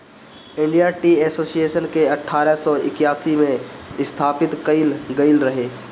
India tea association के अठारह सौ इक्यासी में स्थापित कईल गईल रहे